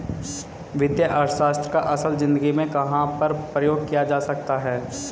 वित्तीय अर्थशास्त्र का असल ज़िंदगी में कहाँ पर प्रयोग किया जा सकता है?